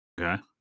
Okay